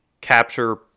capture